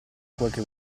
qualche